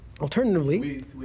Alternatively